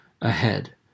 ahead